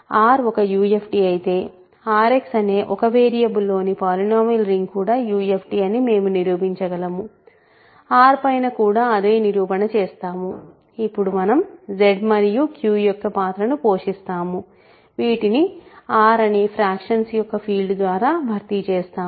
R ఒక UFD అయితే RX అనే ఒక వేరియబుల్లోని పాలినోమియల్ రింగ్ కూడా UFD అని మేము నిరూపించగలము R పైన కూడా అదే నిరూపణ చేస్తాము ఇప్పుడు మనం Z మరియు Q యొక్క పాత్రను పోషిస్తాము వీటిని R అనే ఫ్రాక్షన్స్ యొక్క ఫీల్డ్ ద్వారా భర్తీ చేస్తాము